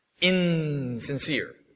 insincere